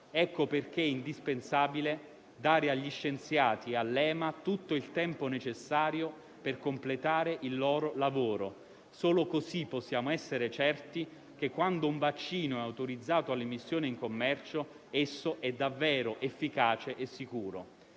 Ecco perché è indispensabile dare agli scienziati e all'EMA tutto il tempo necessario per completare il loro lavoro. Solo così possiamo essere certi che, quando un vaccino è autorizzato all'immissione in commercio, esso è davvero efficace e sicuro.